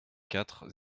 quatre